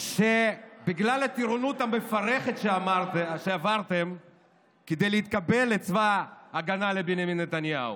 שבגלל הטירונות המפרכת שעברתם כדי להתקבל לצבא ההגנה לבנימין נתניהו,